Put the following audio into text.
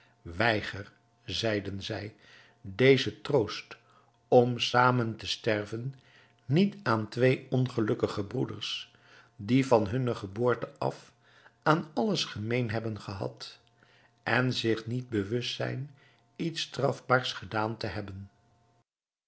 weiger zeiden zij dezen troost om zamen te sterven niet aan twee ongelukkige broeders die van hunne geboorte af aan alles gemeen hebben gehad en zich niet bewust zijn iets strafbaars gedaan te hebben